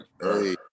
hey